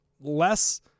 less